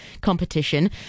Competition